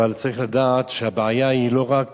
אבל צריך לדעת שהבעיה היא לא רק